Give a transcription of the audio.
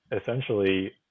essentially